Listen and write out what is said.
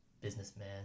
businessman